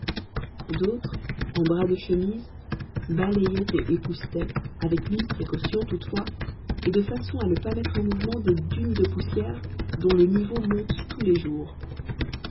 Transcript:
d'autres en bras de chemise balayaient et époussetaient avec mille précautions toutefois et de façon à ne pas mettre en mouvement des dunes de poussière dont le niveau monte tous les jours